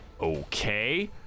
Okay